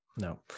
No